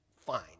Fine